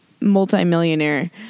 multimillionaire